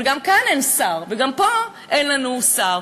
אבל גם כאן אין שר, וגם פה אין לנו שר.